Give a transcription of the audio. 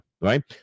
right